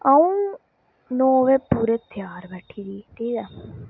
आ'ऊं नौ बजे पूरे तेआर बैठी दी ही ठीक ऐ